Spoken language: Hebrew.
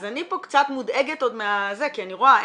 אז אני פה קצת מודאגת עוד מזה כי אני רואה,